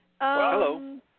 Hello